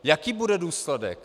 Jaký bude důsledek?